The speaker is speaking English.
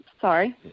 Sorry